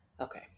okay